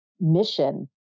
mission